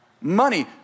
money